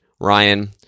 Ryan